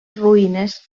ruïnes